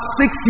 six